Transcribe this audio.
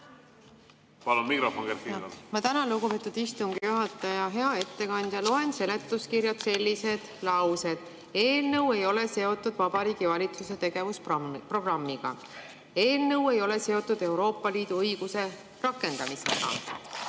Ma tänan, lugupeetud istungi juhataja! Hea ettekandja! Loen seletuskirjast selliseid lauseid, et eelnõu ei ole seotud Vabariigi Valitsuse tegevusprogrammiga ja eelnõu ei ole seotud Euroopa Liidu õiguse rakendamisega.